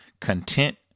content